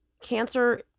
cancer